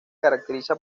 caracteriza